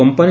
company